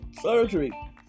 surgery